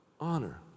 honor